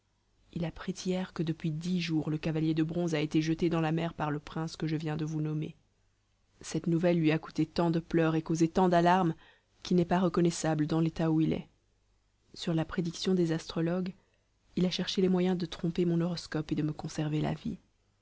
il apprit hier que depuis dix jours le cavalier de bronze a été jeté dans la mer par le prince que je viens de vous nommer cette nouvelle lui a coûté tant de pleurs et causé tant d'alarmes qu'il n'est pas reconnaissable dans l'état où il est sur la prédiction des astrologues il a cherché les moyens de tromper mon horoscope et de me conserver la vie